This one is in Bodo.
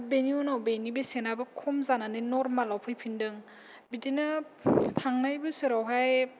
बाथ बेनि उनाव बेनि बेसेनाबो खम जानानै नरमालाव फैफिन्दों बिदिनो थांनाय बोसोरावहाय